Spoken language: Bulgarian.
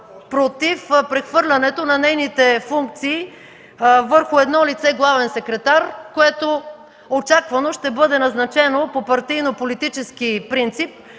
против прехвърлянето на нейните функции върху едно лице – главен секретар, което очаквано ще бъде назначено по партийно-политически принцип.